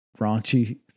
raunchy